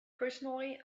personally